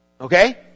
okay